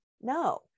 no